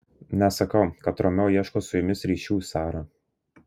nesakau kad romeo ieško su jumis ryšių sara